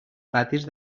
patis